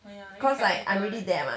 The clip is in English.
cause like I'm already there mah